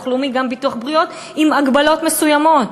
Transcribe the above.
לאומי וגם ביטוח בריאות עם הגבלות מסוימות.